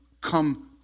come